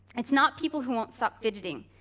it's not people who won't stop fidgeting,